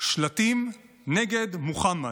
שלטים נגד מוחמד.